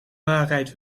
waarheid